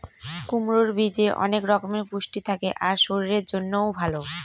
কুমড়োর বীজে অনেক রকমের পুষ্টি থাকে আর শরীরের জন্যও ভালো